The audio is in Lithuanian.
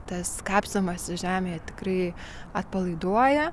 tas kapstymasis žemėje tikrai atpalaiduoja